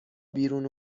بیرون